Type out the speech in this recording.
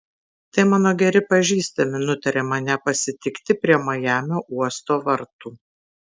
tai mano geri pažįstami nutarė mane pasitikti prie majamio uosto vartų